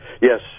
Yes